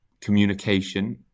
communication